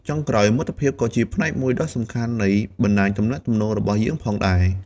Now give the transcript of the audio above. ចុងក្រោយ មិត្តភាពក៏ជាផ្នែកមួយដ៏សំខាន់នៃ បណ្តាញទំនាក់ទំនង របស់យើងផងដែរ។